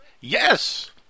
Yes